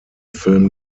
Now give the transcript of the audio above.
film